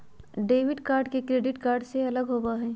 debit card credit card से अलग होबा हई